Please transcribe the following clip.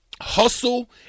hustle